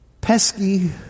pesky